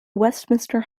westminster